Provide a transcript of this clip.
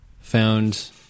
found